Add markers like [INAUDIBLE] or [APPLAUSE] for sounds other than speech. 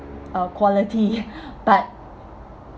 uh quality [NOISE] but